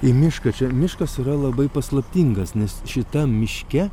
į mišką čia miškas yra labai paslaptingas nes šitam miške